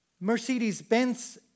Mercedes-Benz